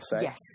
Yes